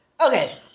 Okay